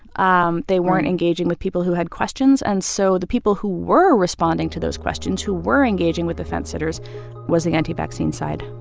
um they weren't engaging with people who had questions. and so the people who were responding to those questions, who were engaging with the fence-sitters was the anti-vaccine side